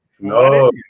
no